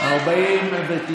רוטמן,